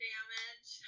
damage